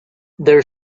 their